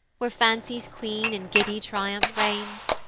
where fancy's queen in giddy triumph reigns.